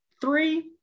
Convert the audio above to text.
three